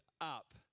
up